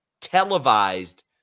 televised